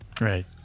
right